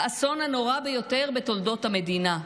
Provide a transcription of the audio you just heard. האסון הנורא ביותר בתולדות המדינה.